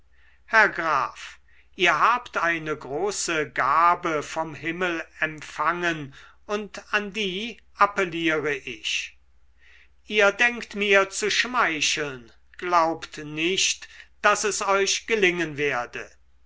herr graf ihr habt eine große gabe vom himmel empfangen und an die appelliere ich ihr denkt mir zu schmeicheln glaubt nicht daß es euch gelingen werde